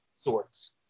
sorts